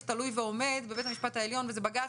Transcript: תלוי ועומד בבית המשפט העליון וזה בג"צ,